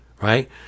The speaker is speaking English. right